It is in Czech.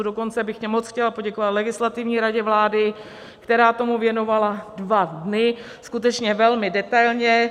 Dokonce bych moc chtěla poděkovat Legislativní radě vlády, která tomu věnovala dva dny, skutečně velmi detailně.